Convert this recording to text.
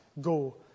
go